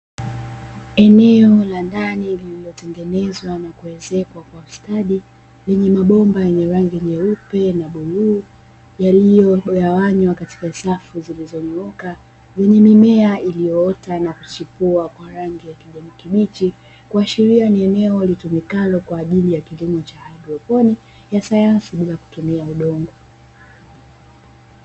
Eneo la ndani lililotengenezwa na kuezekwa kwa ustadi, wenye mabomba yenye rangi nyeupe na bluu, yaliyogawanywa katika safu zilizonyoka zenye mimea iliyoota na kuchipua kwa kijani kibichi, kuashiria ni eneo litumikalo kwa ajili ya kilimo hydroponi ya sayansi bila kutumia udongo.